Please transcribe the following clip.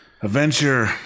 Adventure